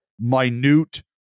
minute